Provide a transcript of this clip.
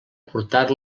portar